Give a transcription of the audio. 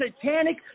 satanic